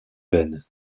vaine